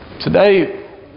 Today